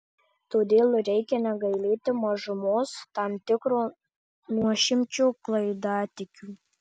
todėl reikia negailėti mažumos tam tikro nuošimčio klaidatikių